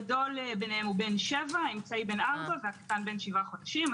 הגדול בין 7, האמצעי בן 4 והקטן בן 7 חודשים.